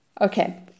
Okay